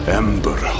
ember